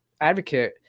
advocate